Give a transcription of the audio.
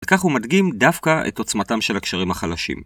וכך הוא מדגים דווקא את עוצמתם של הקשרים החלשים.